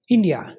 India